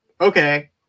Okay